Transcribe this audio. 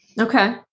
Okay